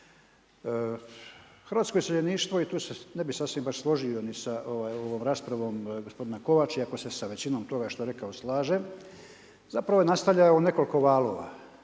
Hrvatsko iseljeništvo i tu se ne bi sasvim baš složio ni sa ovom raspravom gospodina Kovača, iako se sa većinom toga što je rekao slažem, zapravo je nastajao u nekoliko valova.